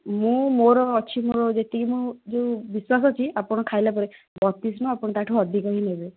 ମୁଁ ମୋର ଅଛି ମୋର ଯେତିକି ମୋର ଅଛି ଯେଉଁ ବିଶ୍ୱାସ ଅଛି ଆପଣ ଖାଇଲା ପରେ ବତିଶ ନୁହଁ ଆପଣ ତାଠୁ ଅଧିକ ହିଁ ନେବେ